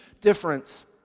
difference